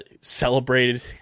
celebrated